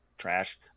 trash